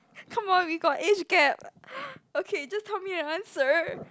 come on we got age gap okay just tell me your answer